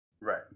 right